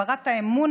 הגברת האמון